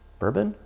bourbon,